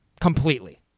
completely